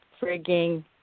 frigging